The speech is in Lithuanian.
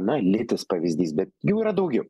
na lytis pavyzdys bet jų yra daugiau